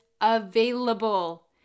available